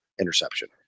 interception